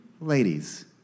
ladies